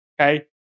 okay